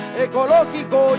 ecológico